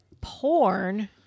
porn